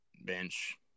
bench